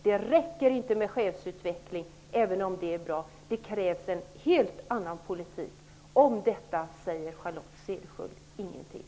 Det räcker inte med chefsutveckling, även om det är bra. Det krävs en helt annan politik. Om detta säger Charlotte Cederschiöld ingenting.